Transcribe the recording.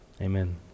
Amen